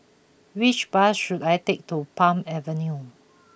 which bus should I take to Palm Avenue